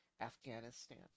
Afghanistan